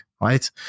right